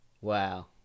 wow